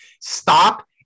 stop